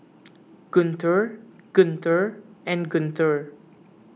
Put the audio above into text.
Guntur Guntur and Guntur